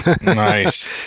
nice